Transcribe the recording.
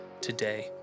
today